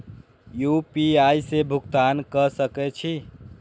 UPI से भुगतान क सके छी?